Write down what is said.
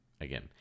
Again